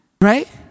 Right